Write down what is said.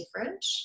different